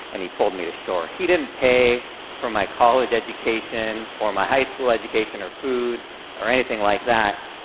and he pulled me to shore. he didn't pay for my college education or my high school education or food or anything like that.